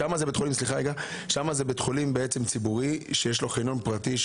זה בית חולים ציבורי שיש לו חניון פרטי,